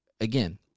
again